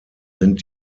sind